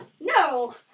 No